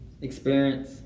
Experience